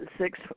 six